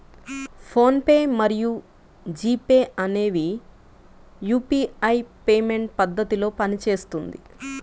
phone pay మరియు G Pay అనేవి UPI payment పద్ధతిలో పనిచేస్తుంది